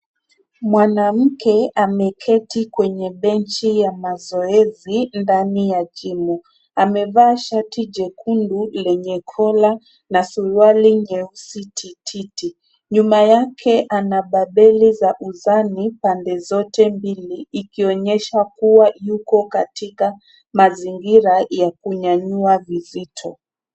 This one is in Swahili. Mwanamke ameketi kwenye bench ya mazoezi ndani ya gym . Amevaa shati jekundu lenye collar na suruali nyeusi ti ti ti. Nyuma yake ana babeli za uzani pande zote mbili ikionyesha kuwa yuko katika mazingira ya kunyanyua uzito.